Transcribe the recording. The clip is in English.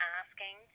asking